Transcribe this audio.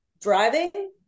driving